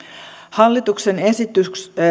hallituksen esitys